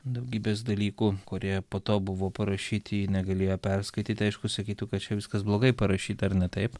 daugybės dalykų kurie po to buvo parašyti ji negalėjo perskaityt aišku sakytų kad čia viskas blogai parašyta ar ne taip